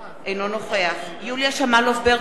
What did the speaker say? אינו נוכח יוליה שמאלוב-ברקוביץ,